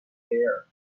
air